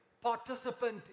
participant